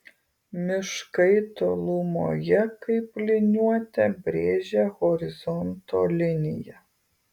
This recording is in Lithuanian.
miškai tolumoje kaip liniuote brėžia horizonto liniją